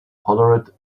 hollered